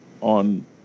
on